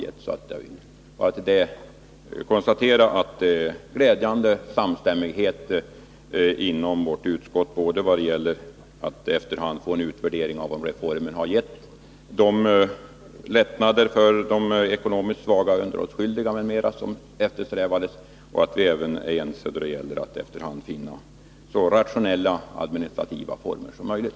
Jag vill alltså konstatera att det råder glädjande samstämmighet inom vårt utskott då det gäller att efter hand få en utvärdering av om reformen har inneburit de lättnader för de ekonomiskt svaga underhållsskyldiga m.m. som eftersträvades. Samtidigt gäller det att efter hand finna så rationella administrativa former som möjligt.